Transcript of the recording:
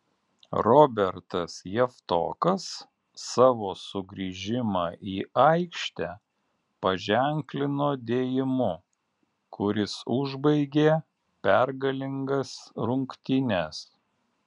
robertas javtokas savo sugrįžimą į aikštę paženklino dėjimu kuris užbaigė pergalingas rungtynes